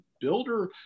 builder